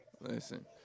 Listen